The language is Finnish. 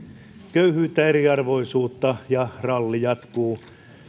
köyhyyttä ja eriarvoisuutta ja ralli jatkuu